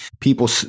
people